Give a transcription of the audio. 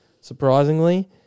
surprisingly